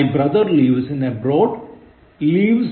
6 My brother lives in abroad